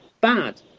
bad